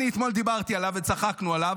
אני אתמול דיברתי עליו וצחקנו עליו,